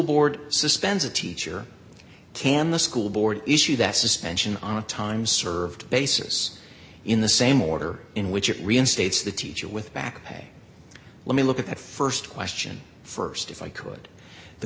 board suspends a teacher can the school board issue that suspension on a time served basis in the same order in which it reinstates the teacher with back pay let me look at st question st if i could the